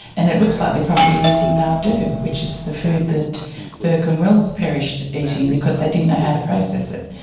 and it looks like they're probably using nardoo, which is the food that burke and wills perished eating because they didn't know how to process it.